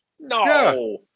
No